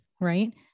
right